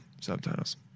subtitles